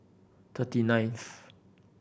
thirty ninth